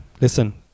Listen